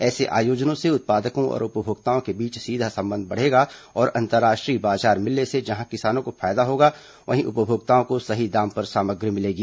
ऐसे आयोजनों से उत्पादकों और उपभोक्ताओं के बीच सीधा संबंध बढ़ेगा और अंतर्राष्ट्रीय बाजार मिलने से जहां किसानों को फायदा होगा वहीं उपभोक्ताओं को सही दाम पर सामग्री मिलेगी